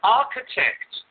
architect